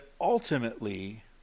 ultimately